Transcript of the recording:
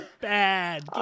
bad